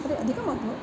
अधिकम् अभवत्